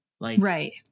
Right